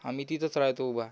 आम्ही तिथंच राहतो उभा